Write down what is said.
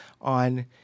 on